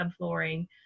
subflooring